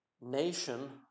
nation